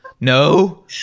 No